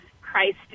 Christ